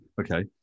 okay